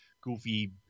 goofy